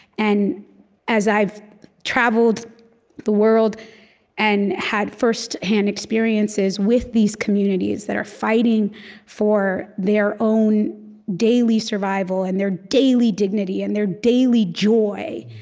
and as i've traveled the world and had firsthand experiences with these communities that are fighting for their own daily survival and their daily dignity and their daily joy,